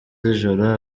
z’ijoro